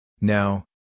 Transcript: Now